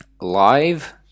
live